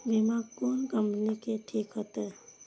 बीमा कोन कम्पनी के ठीक होते?